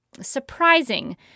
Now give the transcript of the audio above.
surprising